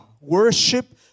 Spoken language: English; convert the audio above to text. Worship